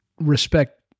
respect